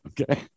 Okay